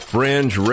Fringe